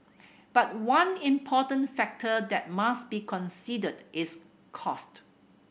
but one important factor that must be considered is cost